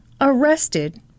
arrested